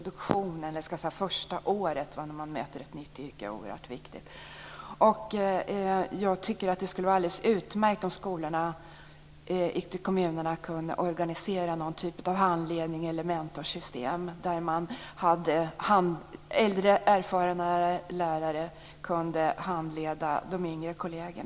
Det första året när man möter ett nytt yrke är oerhört viktigt. Jag tycker att det skulle vara alldeles utmärkt om skolorna ute i kommunerna kunde organisera någon typ av handledning eller mentorsystem så att äldre erfarna lärare kunde handleda yngre kolleger.